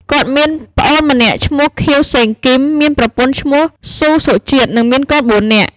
គាត់ មានប្អូនម្នាក់ឈ្មោះ ខៀវ សេងគីម មានប្រពន្ធឈ្មោះ សូ សុជាតិ និងមានកូន ៤នាក់ ។